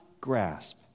grasp